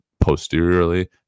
posteriorly